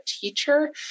teacher